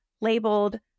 labeled